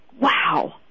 Wow